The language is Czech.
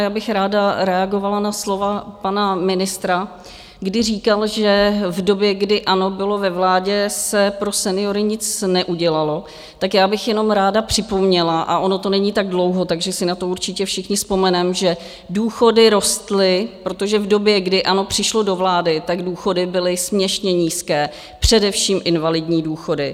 A já bych ráda reagovala na slova pana ministra, kdy říkal, že v době, kdy ANO bylo ve vládě, se pro seniory nic neudělalo, tak já bych jenom ráda připomněla, a ono to není tak dlouho, takže si na to určitě všichni vzpomeneme, že důchody rostly, protože v době, kdy ANO přišlo do vlády, tak důchody byly směšně nízké, především invalidní důchody.